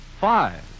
Five